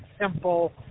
simple